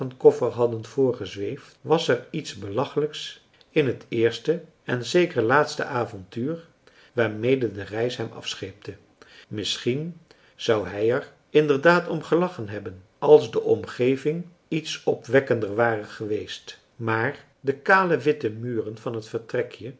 koffer hadden voorge zweefd was er iets belachelijks in het eerste en zeker laatste avontuur waarmede de reis hem afscheepte misschien zou hij er inderdaad om gelachen hebben als de omgeving iets opwekkender ware geweest maar de kale witte muren van het vertrekje